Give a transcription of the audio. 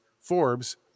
Forbes